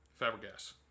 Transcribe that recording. Fabregas